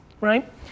right